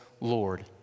Lord